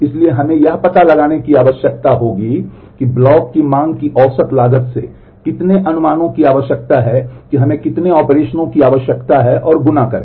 इसलिए हमें यह पता लगाने की आवश्यकता होगी कि ब्लॉक की मांग की औसत लागत से कितने अनुमानों की आवश्यकता है कि हमें कितने ऑपरेशनों की आवश्यकता है और गुणा करें